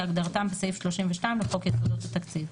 כהגדרתם בסעיף 32 לחוק יסודות התקציב.